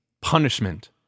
punishment